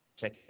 Check